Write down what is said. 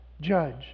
judge